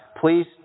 Please